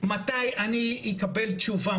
מתי אני אקבל תשובה?